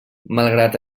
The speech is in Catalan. malgrat